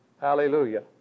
Hallelujah